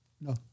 No